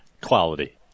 Quality